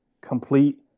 complete